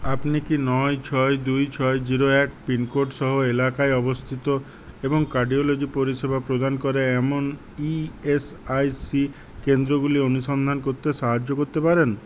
আপনি কি নয় ছয় দুই ছয় জিরো এক পিনকোড সহ এলাকায় অবস্থিত এবং কার্ডিওলজি পরিষেবা প্রদান করে এমন ই এস আই সি কেন্দ্রগুলো অনুসন্ধান করতে সাহায্য করতে পারেন